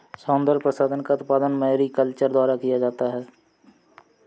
सौन्दर्य प्रसाधन का उत्पादन मैरीकल्चर द्वारा किया जाता है